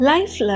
Life